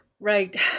Right